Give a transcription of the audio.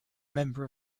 member